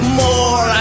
more